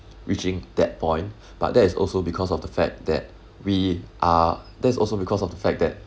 reaching that point but that is also because of the fact that we are that's also because of the fact that